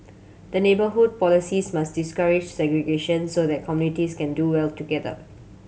the neighbourhood policies must discourage segregation so that communities can do well together